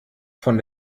von